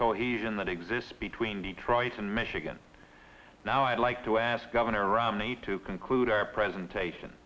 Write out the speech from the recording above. cohesion that exists between detroit and michigan now i'd like to ask governor romney to conclude our presentation